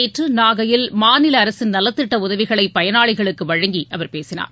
நேற்று நாகையில் மாநில அரசின் நலத்திட்ட உதவிகளை பயனாளிகளுக்கு வழங்கி அவர் பேசினார்